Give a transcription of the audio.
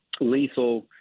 lethal